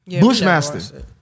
Bushmaster